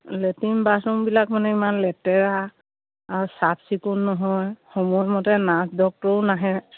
latrine বাথৰুমবিলাক মানে ইমান লেতেৰা আৰু চাফ চিকুণ নহয় সময়ৰ মতে নাৰ্ছ ডক্তৰো নাহে